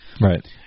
Right